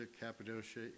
Cappadocia